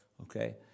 okay